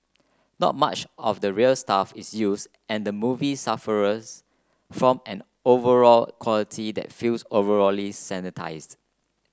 not much of the real stuff is used and the movie suffers from an overall quality that feels overally sanitised